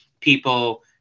people